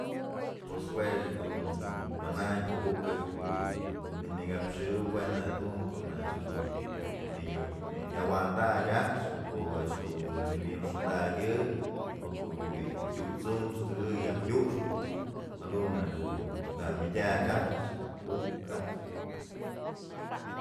Pues juech dun manañ ko'o uk dun nyëmëkaxyë jue nak dun nëawandakyë a'ax o ko'o 'ax dun nëwi'inxondakyë o ko'o bi'i tyut's unk tëkëy yaj yuxpë jadun jedun nak myëdyak a'ax uk a'axë.